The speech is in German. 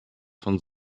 von